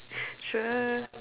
sure